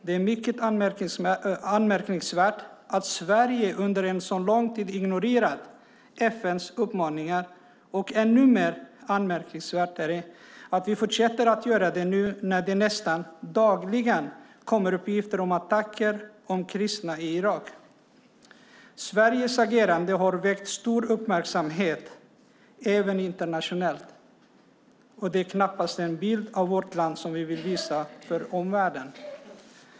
Det är mycket anmärkningsvärt att Sverige under en sådan lång tid ignorerat FN:s uppmaningar, och ännu mer anmärkningsvärt är det att vi fortsätter att göra det nu när det nästan dagligen kommer uppgifter om attacker mot kristna i Irak. Sveriges agerande har väckt stor uppmärksamhet även internationellt, och det är knappast en bild av vårt land som vi vill visa för omvärlden.